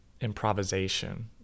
improvisation